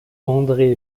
andré